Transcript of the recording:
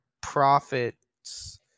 profits